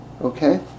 okay